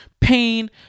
pain